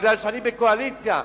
כי אני בקואליציה,